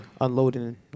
unloading